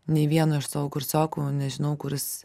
nei vieno iš savo kursiokų nežinau kuris